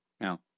now